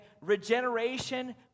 regeneration